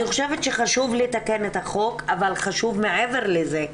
אני חושבת שחשוב לתקן את החוק אבל חשוב מעבר לזה,